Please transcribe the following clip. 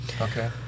Okay